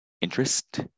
interest